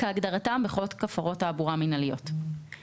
כהגדרתם בחוק הפרות תעבורה מינהליות;";